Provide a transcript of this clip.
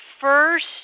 first